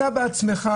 אתה בעצמך,